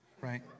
right